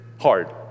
hard